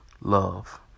love